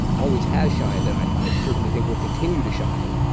always has shined, and i i certainly think will continue to shine,